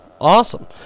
Awesome